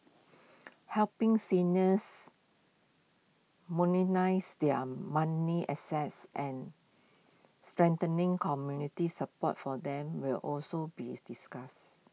helping seniors their money assets and strengthening community support for them will also be discussed